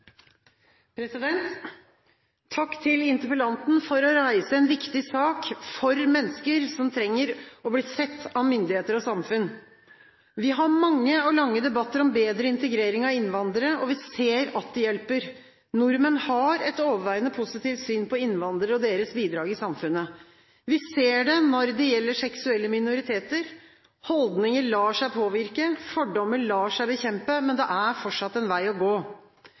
Takk til interpellanten for å reise en viktig sak for mennesker som trenger å bli sett av myndigheter og samfunn. Vi har mange og lange debatter om bedre integrering av innvandrere. Vi ser at det hjelper. Nordmenn har et overveiende positivt syn på innvandrere og deres bidrag i samfunnet. Vi ser det når det gjelder seksuelle minoriteter. Holdninger lar seg påvirke. Fordommer lar seg bekjempe, men det er fortsatt en vei å gå.